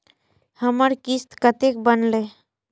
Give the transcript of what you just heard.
हमर किस्त कतैक बनले?